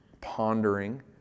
pondering